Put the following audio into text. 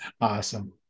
Awesome